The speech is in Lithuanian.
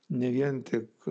ne vien tik